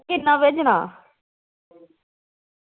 किन्ना भेजना